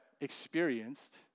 experienced